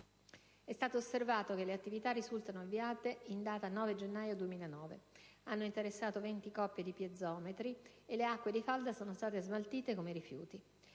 è stato osservato che le attività risultano avviate in data 9 gennaio 2009; esse hanno interessato 20 coppie di piezometri e le acque di falda sono state smaltite come rifiuti.